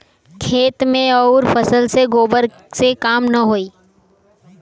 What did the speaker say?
खेत मे अउर फसल मे गोबर से कम ना होई?